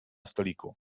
stoliku